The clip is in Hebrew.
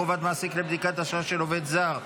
חובת מעסיק לבדיקת אשרה של עובד זר),